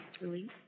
release